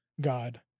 God